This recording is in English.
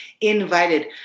invited